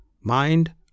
MIND